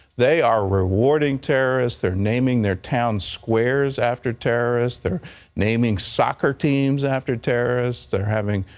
they are rewarding terrorists. they're naming their town squares after terrorists. they're naming soccer teams after terrorists. they're having